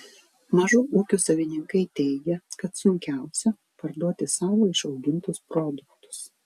mažų ūkių savininkai teigia kad sunkiausia parduoti savo išaugintus produktus